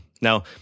Now